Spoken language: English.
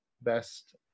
best